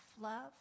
love